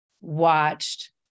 watched